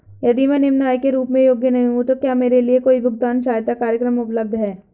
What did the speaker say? यदि मैं निम्न आय के रूप में योग्य नहीं हूँ तो क्या मेरे लिए कोई भुगतान सहायता कार्यक्रम उपलब्ध है?